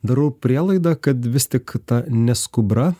darau prielaidą kad vis tik ta neskubra